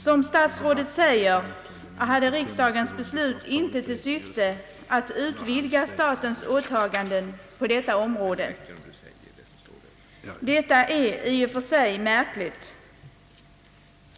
Som statsrådet säger hade riksdagens beslut inte till syfte att utvidga statens åtaganden på detta område. Detta är i och för sig märkligt.